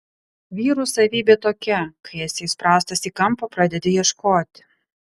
vyrų savybė tokia kai esi įspraustas į kampą pradedi ieškoti